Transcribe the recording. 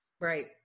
Right